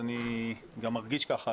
אני גם מרגיש כך.